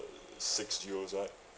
uh six zeros right